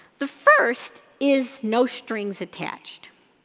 the first is no strings attached.